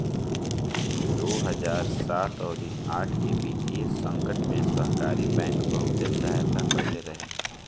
दू हजार सात अउरी आठ के वित्तीय संकट में सहकारी बैंक बहुते सहायता कईले रहे